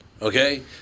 Okay